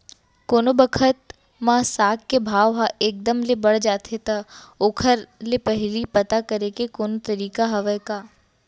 कोनो बखत म साग के भाव ह एक दम ले बढ़ जाथे त ओखर ले पहिली पता करे के कोनो तरीका हवय का?